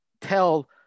tell